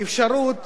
אפשרות